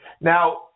Now